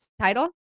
title